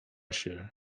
się